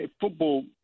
football